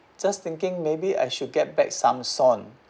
just think maybe I should get back Samsung